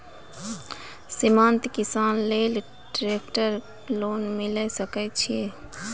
सीमांत किसान लेल ट्रेक्टर लोन मिलै सकय छै?